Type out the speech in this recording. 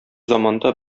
заманда